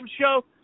show